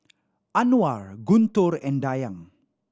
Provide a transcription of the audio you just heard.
Anuar Guntur and Dayang